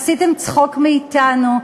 עשיתם צחוק מאתנו.